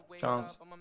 chance